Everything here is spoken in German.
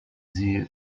sie